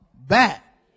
back